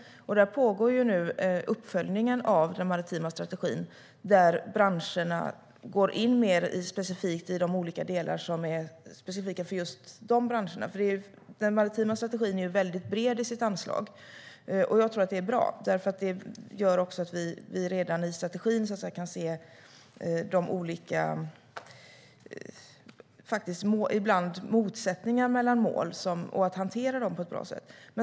Uppföljningen av den pågår nu, och branscherna går in mer i de delar som är specifika för just dem. Den maritima strategin är bred i sitt anslag, och jag tror att det är bra, därför att det gör att vi redan i strategin kan se de olika motsättningar som finns mellan mål och hantera dem på ett bra sätt.